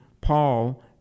Paul